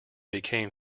became